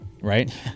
Right